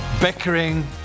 bickering